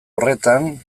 horretan